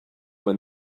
when